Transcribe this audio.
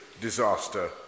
disaster